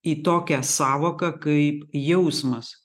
į tokią sąvoką kaip jausmas